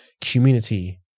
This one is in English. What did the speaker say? community